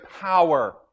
power